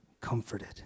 comforted